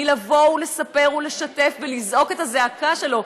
לספר ולשתף ולזעוק את הזעקה שלו?